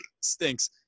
Stinks